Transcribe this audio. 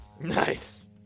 nice